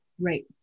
Right